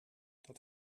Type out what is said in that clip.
dat